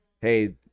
hey